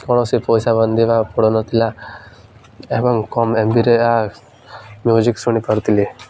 କୌଣସି ପଇସା ବାନ୍ଧିବା ପଡ଼ୁନଥିଲା ଏବଂ କମ୍ ଏମ୍ବିରେ ମ୍ୟୁଜିକ୍ ଶୁଣିପାରୁଥିଲି